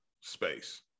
space